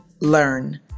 Learn